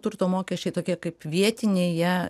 turto mokesčiai tokie kaip vietiniai jie